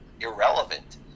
irrelevant